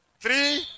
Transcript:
three